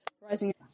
rising